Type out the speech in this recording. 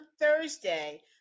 Thursday